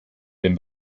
den